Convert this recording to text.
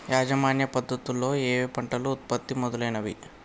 యాజమాన్య పద్ధతు లలో ఏయే పంటలు ఉత్పత్తికి మేలైనవి?